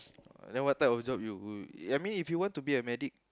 then what type of job you I mean if you want to be a medic